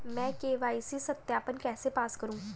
मैं के.वाई.सी सत्यापन कैसे पास करूँ?